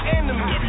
enemy